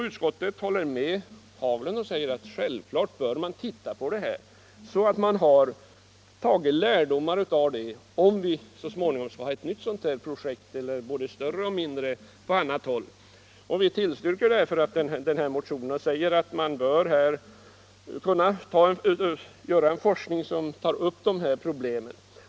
Utskottet håller med herr Haglund och säger att man självfallet bör studera och dra lärdomar av detta, om vi så småningom skall satsa på ett nytt sådant projekt — större eller mindre — på annat håll. Vi tillstyrker därför motionen och säger att man bör forska kring dessa problem.